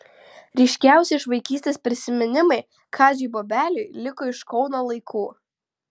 ryškiausi iš vaikystės prisiminimai kaziui bobeliui liko iš kauno laikų